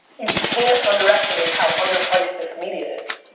you can't underestimate how under priced this media is.